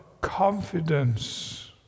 confidence